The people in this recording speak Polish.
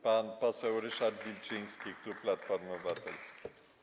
Pan poseł Ryszard Wilczyński, klub Platformy Obywatelskiej.